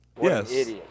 yes